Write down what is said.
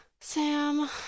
Sam